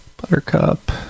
Buttercup